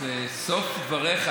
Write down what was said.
סוף דבריך,